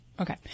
Okay